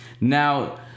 Now